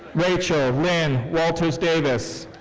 rachel lynn walters-davis.